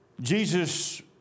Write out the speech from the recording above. Jesus